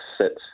sit